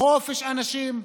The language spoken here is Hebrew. חופש לאנשים,